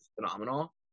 phenomenal